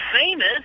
Famous